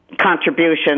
contributions